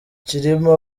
cyilima